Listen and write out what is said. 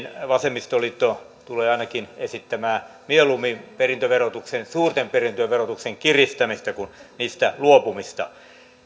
vasemmistoliitto tulee ainakin esittämään mieluummin suurten perintöjen verotuksen kiristämistä kuin siitä luopumista